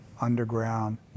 underground